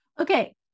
Okay